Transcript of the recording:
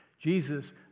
Jesus